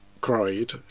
cried